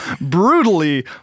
brutally